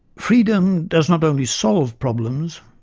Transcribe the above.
freedom does not only solve problems,